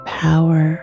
power